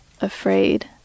afraid